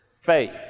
faith